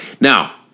Now